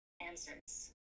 answers